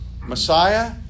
Messiah